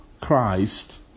Christ